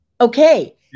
Okay